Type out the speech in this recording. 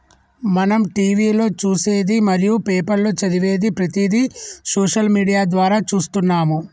మనం టీవీలో చూసేది మరియు పేపర్లో చదివేది ప్రతిదీ సోషల్ మీడియా ద్వారా చూస్తున్నాము